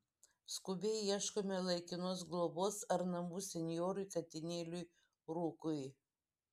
skubiai ieškome laikinos globos ar namų senjorui katinėliui rūkui